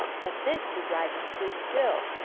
at this the dragon stood still.